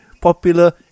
popular